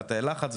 תאי הלחץ,